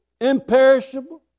imperishable